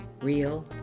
real